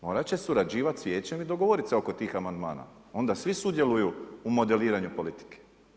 Morat će surađivat s vijećem i dogovorit se oko tih amandmana, onda svi sudjeluju u modeliranju politike.